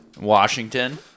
Washington